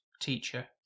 teacher